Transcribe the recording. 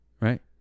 right